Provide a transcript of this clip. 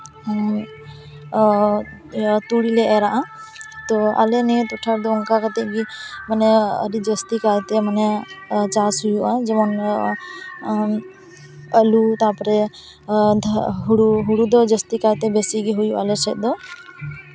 ᱛᱩᱲᱤ ᱞᱮ ᱮᱨᱟᱜᱼᱟ ᱛᱚ ᱟᱞᱮ ᱱᱤᱭᱟᱹ ᱴᱚᱴᱷᱟ ᱨᱮᱫᱚ ᱚᱱᱠᱟ ᱠᱟᱛᱮᱫ ᱜᱮ ᱢᱟᱱᱮ ᱟᱹᱰᱤ ᱡᱟᱹᱥᱛᱤ ᱠᱟᱭᱛᱮ ᱢᱟᱱᱮ ᱪᱟᱥ ᱦᱩᱭᱩᱜᱼᱟ ᱡᱮᱢᱚᱱ ᱟᱹᱞᱩ ᱛᱟᱨᱯᱚᱨᱮ ᱦᱩᱲᱩ ᱦᱩᱲᱩ ᱫᱚ ᱡᱟᱹᱥᱛᱤ ᱠᱟᱭᱛᱮ ᱵᱮᱥᱤ ᱜᱮ ᱦᱩᱭᱩᱜᱼᱟ ᱟᱞᱮ ᱥᱮᱫ ᱫᱚ